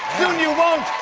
soon you won't.